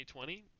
2020